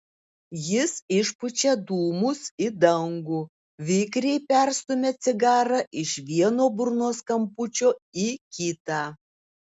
jis išpučia dūmus į dangų vikriai perstumia cigarą iš vieno burnos kampučio į kitą